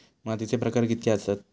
मातीचे प्रकार कितके आसत?